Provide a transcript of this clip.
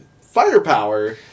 Firepower